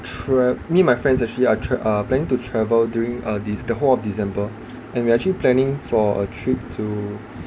tra~ me and my friends actually are tra~ are planning to travel during uh de~ the whole of december and we're actually planning for a trip to